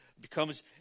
becomes